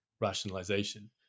rationalization